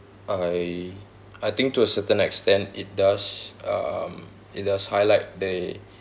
I I think to a certain extent it does um it does highlight the